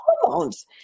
hormones